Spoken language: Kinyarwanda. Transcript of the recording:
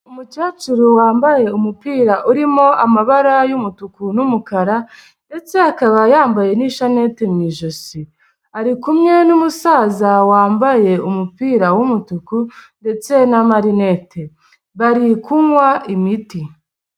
Umukecuru wambaye umupira urimo amabara y'umutuku n'umukara ndetse akaba yambaye n'ishaneti mu ijosi ari kumwe n'umusaza wambaye umupira w'umutuku ndetse na marinete bari kunywa imiti.